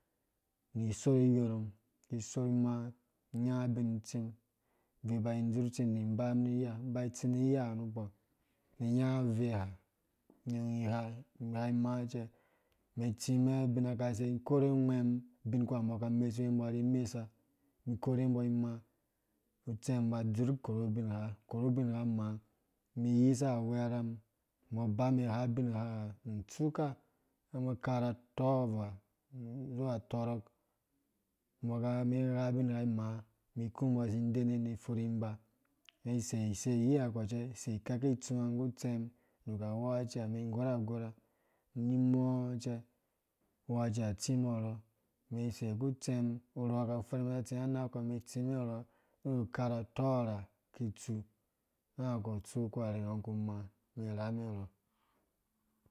Mĩ sorhi iyorh mum ki sorh mã nyãngã bĩn tsĩm sĩ ba idzurh tsindi bam niya mĩ ba tsĩ nĩya nukɔ mĩ ngangã veha igha igha ĩmãã cɛ nĩ tsĩ mɛɛ abinakase korhuwe ngwɛm binkuwa mbɔ ka mesuwe mbɔ ri mesa korhuwe mbɔ ĩmãã utsɛm ba dzurh korhu bin gha korhu bingha nũ tsuka nũ karha tɔvaa zuwa tɔrɔk mɛn ki gha bin gha mãã mĩ kũ mbɔ zĩ dene nĩ furhi ba mɛn sei isei yiha nuwɔ cɛ sei kɛki tsũwã nggu tsɛm nuku awɔkaciha mɛn gorha gorha nĩ mɔɔ cɛ awɔkaciha tsɨ mbɔ urhɔ mɛn sei nggu tsɛm urhɔ ka fɛrh za tsĩ na nangã kɔ mɛn tsĩ mɛɛ rhɔ kawu karha tɔrrha ki tsu anãngã na kɔ tsuku arhɛkɛ ku mãã mɛn ra mɛn urɔ.